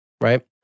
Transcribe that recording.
right